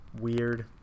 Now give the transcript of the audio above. Weird